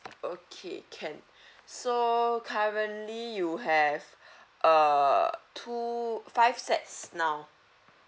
okay can so currently you have err two five sets now